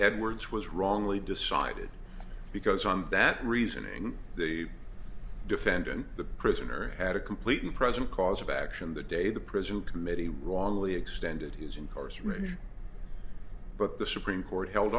edwards was wrongly decided because from that reasoning the defendant the prisoner had a completely present cause of action the day the president committee wrongly extended his incarceration but the supreme court held